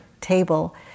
table